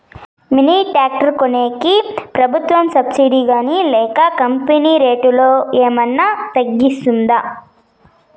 Mini tractor కొనేకి ప్రభుత్వ subsidy గాని లేక కంపెని రేటులో ఏమన్నా తగ్గిస్తుందా?